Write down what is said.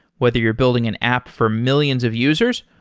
whether you're building an app for millions of users,